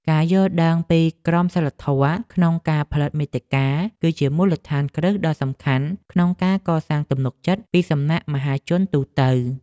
ការយល់ដឹងពីក្រមសីលធម៌ក្នុងការផលិតមាតិកា គឺជាមូលដ្ឋានគ្រឹះដ៏សំខាន់ក្នុងការកសាងទំនុកចិត្តពីសំណាក់មហាជនទូទៅ។